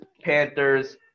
Panthers